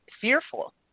fearful